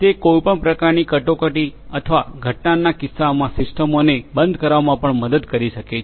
તે કોઈપણ પ્રકારની કટોકટી અથવા ઘટનાઓના કિસ્સામાં સિસ્ટમોને બંધ કરવામાં પણ મદદ કરી શકે છે